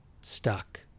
stuck